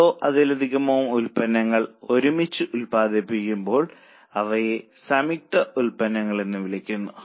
രണ്ടോ അതിലധികമോ ഉൽപ്പന്നങ്ങൾ ഒരുമിച്ച് ഉത്പാദിപ്പിക്കുമ്പോൾ അവയെ സംയുക്ത ഉൽപ്പന്നങ്ങൾ എന്ന് വിളിക്കുന്നു